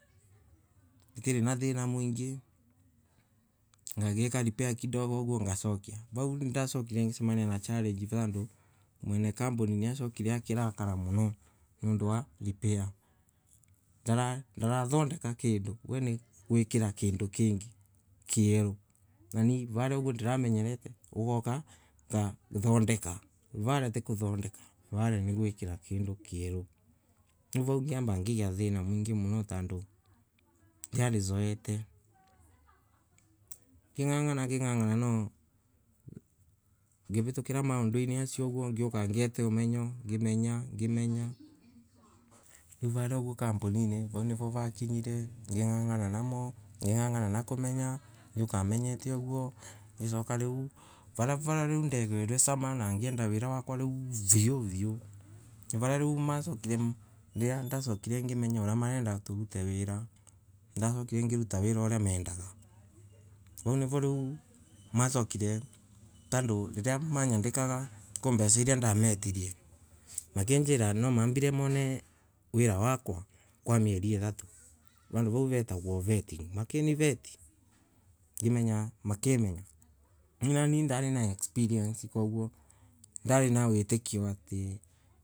Hira naa thina muingay ngagika repair kidogo oguo ngacokia vau ndacokire ngecemania na challenge, tando mwena kamboni niasokire akirakara muno nundu wa repair ndarathondeka kando weniguikara kangay kier una ni varia uguondiramenyerete ugoka ngathondeka, varia ti kutondeka varia ni guikira kando kieru vau ngiamba ngigia thina muigay muno tando nindari zoerete, ngingangana ngingangana no ngibitukira maondoinay asio oguo ngioka ngiote omenyo ngairenya ngamenya riu raria uguo kamboninay nivo vakinyire ngingangana namo, ngingangana na komenyo, ngiuka menyete uguo, ngicoka riu varavara ndaigue igicema na ngienda wira wakwa viuviuviu, navaria riu macokire riria ndasokire ngima oria marenda torute wira ngicoka ngiruta wira uia mendaga vau nivo riu masokire tando ririmanyandikaga contrasti iria ndametirie makinjira nwa manjirie nione wira wakwa mieri itato vando vau retago vetting, makinivet ngimenya makimenya nani riu ndari na experience koguo riu na ndari witikio ati.